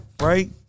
right